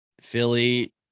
philly